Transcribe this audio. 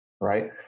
right